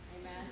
Amen